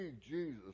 Jesus